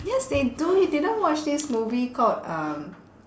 yes they do you didn't watch this movie called um